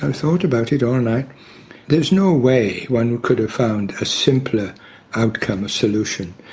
ah thought about it all night. there is no way one could have found a simpler outcome, a solution.